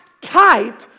type